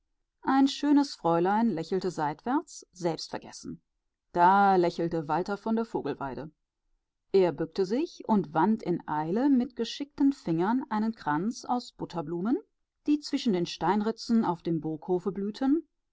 ein schönes fräulein lächelte seitwärts selbstvergessen da lächelte walter von der vogelweide er bückte sich und wand in eile mit geschickten fingern einen kranz aus butterblumen die zwischen den steinritzen auf dem burghofe blühten